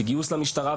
בגיוס למשטרה,